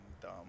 dumb